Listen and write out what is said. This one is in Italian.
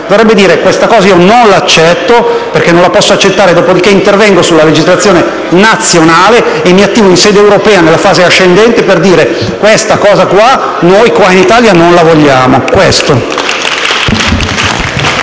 dovrebbe dire: «Questa cosa non la accetto, perché non la posso accettare, dopo di che intervengo sulla legislazione nazionale e mi attivo in sede europea nella fase ascendente per dire che questa cosa in Italia non la vogliamo».